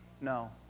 No